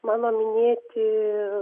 mano minėti